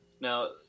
Now